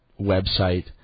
website